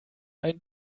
ein